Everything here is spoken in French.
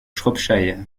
shropshire